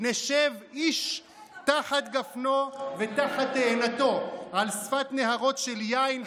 ונשב איש תחת גפנו ותחת תאנתו על שפת נהרות של יין,